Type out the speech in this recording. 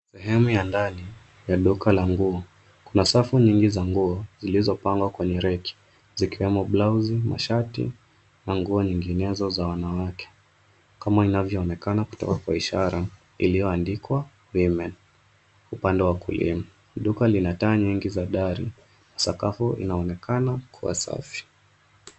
Sehemu ya ndani ya duka la nguo. Kuna safu nyingi za nguo zilizopangwa kwenye reki zikiwamo blauzi, masharti na nguo nyinginezo za wanawake kama inavyoonekana kutoka kwa ishara iliyoandikwa women upande wa kulia. Duka lina taa nyingi za dari. Sakafu inaonekana kuwa safi.